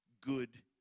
good